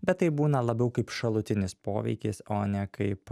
bet tai būna labiau kaip šalutinis poveikis o ne kaip